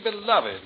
beloved